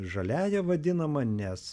žaliąja vadinama nes